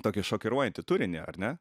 tokį šokiruojantį turinį ar ne